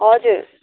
हजुर